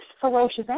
ferocious